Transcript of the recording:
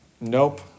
nope